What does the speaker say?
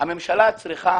היא שהממשלה צריכה